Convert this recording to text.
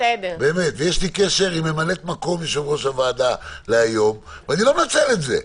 ויש לי קשר עם ממלאת מקום יושב-ראש הוועדה היום ואני לא מנצל את זה.